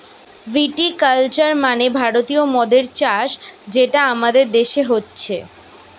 ভিটি culture মানে ভারতীয় মদের চাষ যেটা আমাদের দেশে হচ্ছে